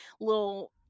little